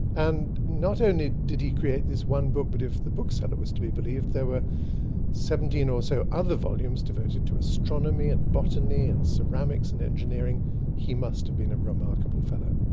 and not only did he create this one book, but if the bookseller was to be believed, there were seventeen or so other volumes, devoted to astronomy, and botany and ceramics, and engineering he must have been a remarkable fellow.